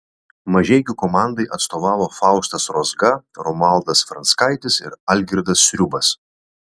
mažeikių komandai atstovavo faustas rozga romualdas franckaitis ir algirdas sriubas